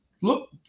Look